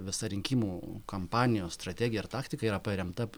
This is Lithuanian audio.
visa rinkimų kampanijos strategija ir taktika yra paremta